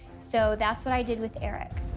so that's what i did with eric.